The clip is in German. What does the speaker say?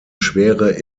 schwere